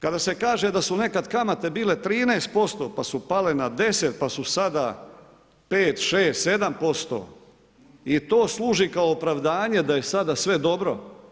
Kada se kaže da su nekada kamate bile 13%, pa su pale na 10, pa su sada 5, 6, 7% i to služi kao opravdanje da je sada sve dobro.